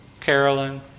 Carolyn